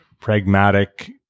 pragmatic